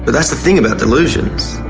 but that's the thing about delusions,